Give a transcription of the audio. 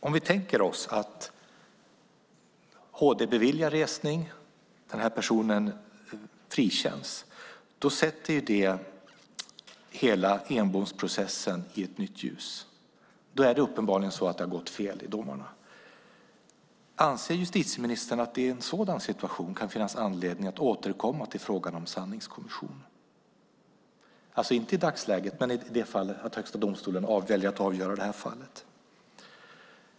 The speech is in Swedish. Om vi tänker oss att HD beviljar resning och personen frikänns sätter det hela Enbomsprocessen i ett nytt ljus. Det är då uppenbarligen så att det har gått fel i domarna. Anser justitieministern att det i en sådan situation kan finnas anledning att återkomma till frågan om en sanningskommission? Det gäller inte i dagsläget, utan i det fall att Högsta domstolen väljer att avgöra fallet.